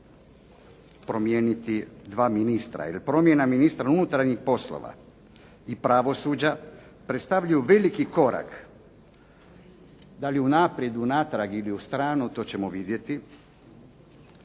promijeniti dva ministra. Jer promjena ministra unutarnjih poslova i pravosuđa predstavljaju veliki korak da li unaprijed, unatrag ili u stranu to ćemo vidjeti